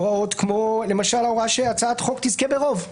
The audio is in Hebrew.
למשל ההוראה שהצעת החוק תזכה ברוב.